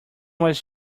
was